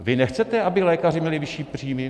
Vy nechcete, aby lékaři měli vyšší příjmy?